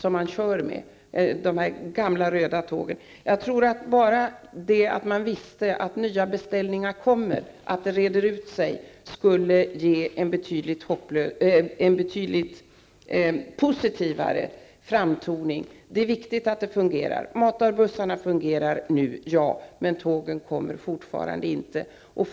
Om man får veta att nya beställningar kommer att göras och att det kommer att reda upp sig, skulle det ge en betydligt positivare framtoning. Det är viktigt att det fungerar. Matarbussarna fungerar nu, men tågen kommer fortfarande inte i tid.